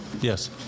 Yes